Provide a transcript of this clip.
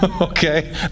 okay